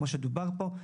כמו שדובר פה.